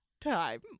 time